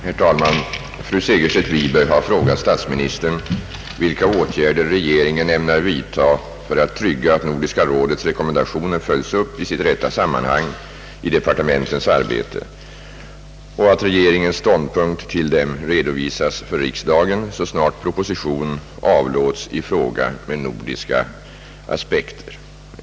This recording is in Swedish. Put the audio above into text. Herr talman! Fru Segerstedt Wiberg har frågat statsministern vilka åtgärder regeringen ämnar vidtaga för att trygga att Nordiska rådets rekommendationer följs upp i sitt rätta sammanhang i departementens arbete och att regeringens ståndpunkt till dem redovisas för riksdagen, så snart proposition avlåts i fråga med nordiska aspekter.